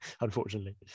unfortunately